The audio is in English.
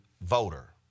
voter